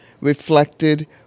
reflected